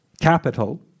capital